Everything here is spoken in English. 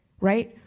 right